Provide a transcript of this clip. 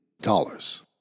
dollars